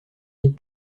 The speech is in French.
les